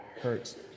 hurts